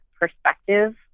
perspective